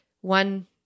one